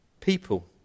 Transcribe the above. people